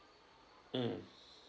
mm